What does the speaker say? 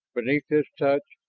beneath his touch,